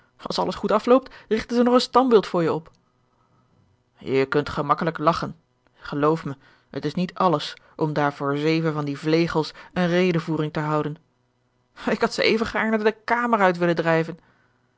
als alles goed afloopt rigten zij nog een standbeeld voor je op je kunt gemakkelijk lagchen geloof me het is niet alles om daar voor zeven van die vlegels eene redevoering te houden ik had ze even gaarne de kamer uit willen drijven